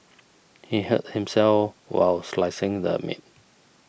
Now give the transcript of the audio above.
he hurt himself while slicing the meat